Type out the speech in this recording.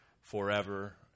forever